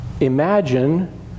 imagine